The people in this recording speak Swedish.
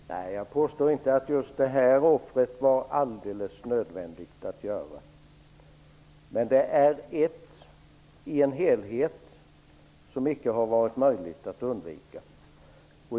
Herr talman! Nej, jag påstår inte att just det här offret var alldeles nödvändigt, men det var ett i en helhet som det icke har varit möjligt att undvika.